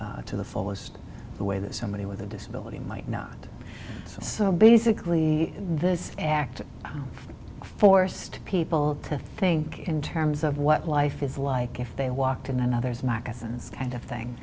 to the fullest the way that somebody with a disability might not so basically this act forced people to think in terms of what life is like if they walked in another's lack of thing